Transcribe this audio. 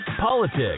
politics